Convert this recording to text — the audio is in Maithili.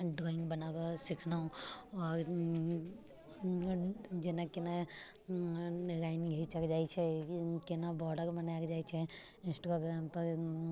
ड्रॉइङ्ग बनाबऽ सिखलहुँ आओर जेनाकि ने लाइन घिचल जाइत छै केना बोर्डर बनायल जाइत छै इन्स्टोग्राम पर